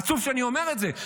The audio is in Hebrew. עצוב שאני אומר את זה.